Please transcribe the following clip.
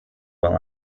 well